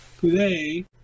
today